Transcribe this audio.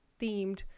themed